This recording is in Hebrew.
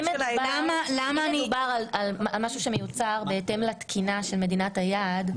אם מדובר על משהו שמיוצר בהתאם לתקינה של מדינת היעד,